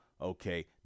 okay